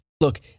Look